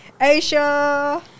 Aisha